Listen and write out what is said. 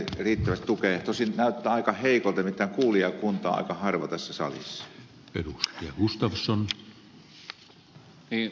tosin näyttää aika heikolta nimittäin kuulijakunta on aika harva tässä salissa